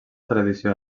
tradició